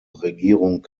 regierung